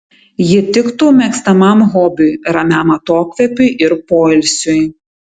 ji tiktų mėgstamam hobiui ramiam atokvėpiui ir poilsiui